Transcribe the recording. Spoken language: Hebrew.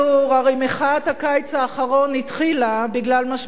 חברת הכנסת זוארץ, את מפריעה לראש האופוזיציה.